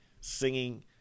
singing